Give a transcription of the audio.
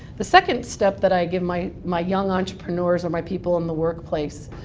the second step that i give my my young entrepreneurs, or my people in the workplace,